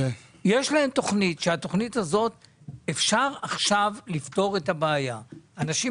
יש להם תכנית שמאפשרת עכשיו לפתור את הבעיה של אנשים